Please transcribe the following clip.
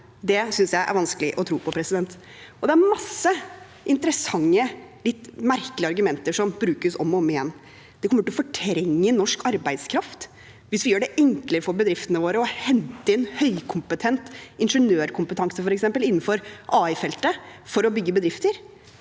synes jeg det er vanskelig å tro på. Det er mange interessante, litt merkelige argumenter som brukes om og om igjen. Det kommer til å fortrenge norsk arbeidskraft hvis vi gjør det enklere for bedriftene våre å hente inn høykompetent ingeniørkompetanse, f.eks. innenfor KI-feltet, for å bygge bedrifter.